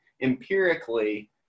empirically